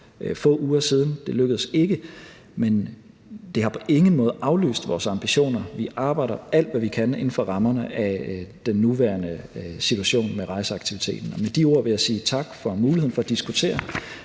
få uger siden, og det lykkedes ikke. Men det har på ingen måde aflyst vores ambitioner; vi arbejder alt, hvad vi kan, inden for rammerne af den nuværende situation, hvad angår rejseaktiviteten. Med de ord vil jeg sige tak for muligheden for at diskutere